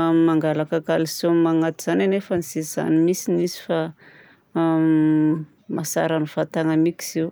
mangalaka calcium agnaty izany anefa tsy izany mihitsy izy fa a mahatsara ny vatana miky izy io.